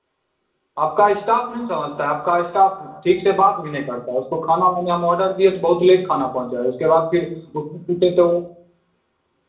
आपका इस्टाफ नहीं समझता है आपका स्टाफ ठीक से बात भी नहीं करता है उसको खाना लाने हम ऑर्डर दिए तो बहुत लेट खाना पहुँचाया उसके बाद फिर उससे पूछे तो वह